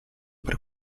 per